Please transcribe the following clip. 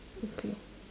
okay